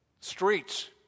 streets